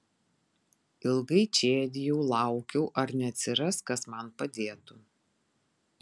ilgai čėdijau laukiau ar neatsiras kas man padėtų